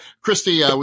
Christy